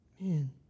Man